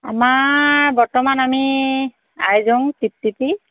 আমাৰ বৰ্তমান আমি আইজং টিপটিপি